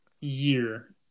year